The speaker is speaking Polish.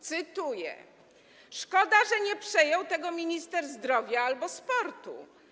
Cytuję: Szkoda, że nie przejął tego minister zdrowia albo sportu.